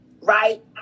right